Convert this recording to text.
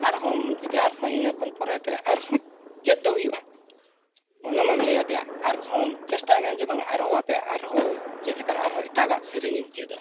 ᱟᱨ ᱦᱚᱸ ᱡᱩᱫᱤ ᱟᱨ ᱦᱚᱸ ᱤᱱᱟᱹ ᱠᱷᱚᱱ ᱯᱚᱨᱮᱛᱮ ᱟᱨ ᱦᱚᱸ ᱪᱮᱫ ᱫᱚ ᱦᱩᱭᱩᱜᱼᱟ ᱚᱱᱟᱢᱟᱢ ᱞᱟᱹᱭ ᱟᱫᱮᱭᱟ ᱟᱨ ᱦᱚᱸ ᱪᱮᱥᱴᱟᱭ ᱢᱮ ᱡᱮ ᱟᱨ ᱦᱚᱸ ᱦᱟᱯᱮ ᱟᱨ ᱦᱚᱸ ᱪᱮᱫ ᱞᱮᱠᱟᱨᱮ ᱮᱴᱟᱜᱟᱜ ᱥᱮᱨᱮᱧ ᱤᱧ ᱪᱮᱫᱟ